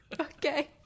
Okay